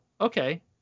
okay